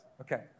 Okay